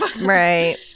Right